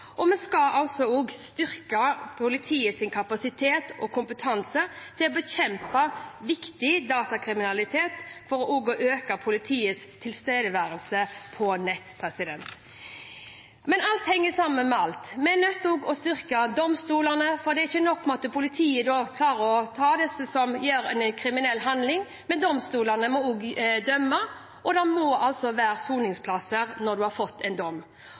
og vi skal styrke politiets kapasitet og kompetanse med hensyn til å bekjempe viktig datakriminalitet for også å øke politiets tilstedeværelse på nett. Men alt henger sammen med alt. Vi er nødt til også å styrke domstolene. Det er ikke nok at politiet klarer å ta dem som gjør en kriminell handling. Domstolene må dømme, og det må være soningsplasser når en har fått en dom.